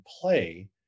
play